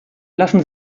lassen